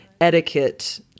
etiquette